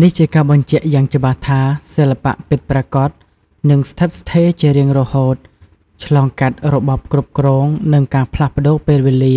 នេះជាការបញ្ជាក់យ៉ាងច្បាស់ថា សិល្បៈពិតប្រាកដនឹងស្ថិតស្ថេរជារៀងរហូត ឆ្លងកាត់របបគ្រប់គ្រង និងការផ្លាស់ប្ដូរពេលវេលា